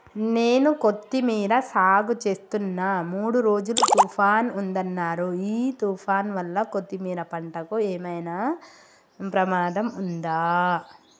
నేను కొత్తిమీర సాగుచేస్తున్న మూడు రోజులు తుఫాన్ ఉందన్నరు ఈ తుఫాన్ వల్ల కొత్తిమీర పంటకు ఏమైనా ప్రమాదం ఉందా?